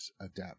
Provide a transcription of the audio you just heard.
adapt